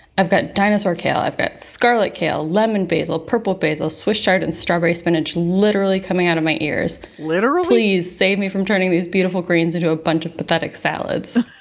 i've got dinosaur kale, i've got scarlet kale, lemon basil, purple basil, swiss chard, and strawberry spinach, literally coming out of my ears. please save me from turning these beautiful greens into a bunch of pathetic salads